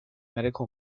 medical